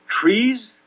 Trees